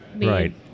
Right